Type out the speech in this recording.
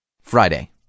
Friday